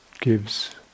gives